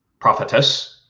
Prophetess